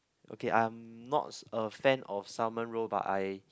okay I'm not a fan of salmon roe but I